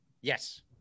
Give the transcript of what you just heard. Yes